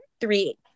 three